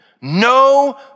no